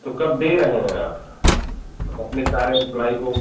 तो कब दे रहे हैं आप हम अपने सारे इम्पलाई को